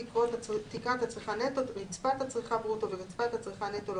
מהי תקרת הצריכה ברוטו הכוללת ומהי תקרת הצריכה ברוטו לשירותי הבריאות,